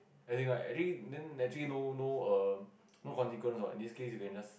I think like then actually no no err no consequence this case you can just